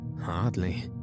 Hardly